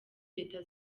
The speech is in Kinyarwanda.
leta